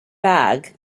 bag